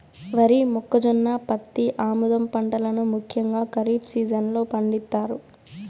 వరి, మొక్కజొన్న, పత్తి, ఆముదం పంటలను ముఖ్యంగా ఖరీఫ్ సీజన్ లో పండిత్తారు